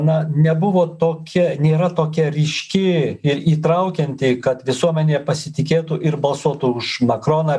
na nebuvo tokia nėra tokia ryški ir įtraukianti kad visuomenė pasitikėtų ir balsuotų už makroną